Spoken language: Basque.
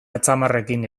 atzamarrekin